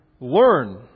learn